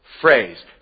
Phrase